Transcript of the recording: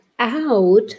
out